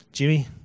Jimmy